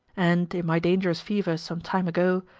and in my dangerous fever, some time ago,